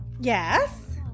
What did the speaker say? Yes